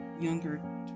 younger